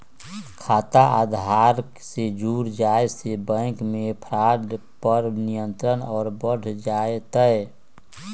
खाता आधार से जुड़ जाये से बैंक मे फ्रॉड पर नियंत्रण और बढ़ जय तय